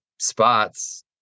spots